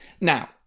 Now